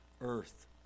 earth